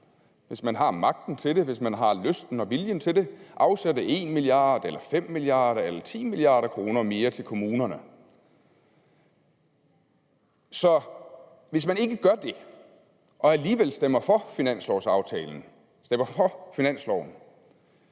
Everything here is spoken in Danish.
hvis man har magten til det, hvis man har lysten og viljen til det, afsætte 1 mia. kr. eller 5 mia. kr. eller 10 mia. kr. mere til kommunerne. Så hvis man ikke gør det og alligevel stemmer for finanslovforslaget, er man vel